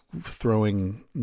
throwing